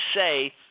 say